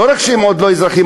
לא רק שהם עוד לא אזרחים,